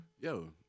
Yo